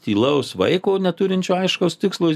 tylaus vaiko neturinčio aiškaus tikslo